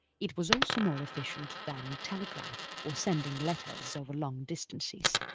it was also more efficient than telegraph or sending letters over long distances.